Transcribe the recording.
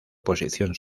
posición